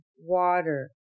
water